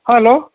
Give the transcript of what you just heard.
hello